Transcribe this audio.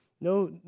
no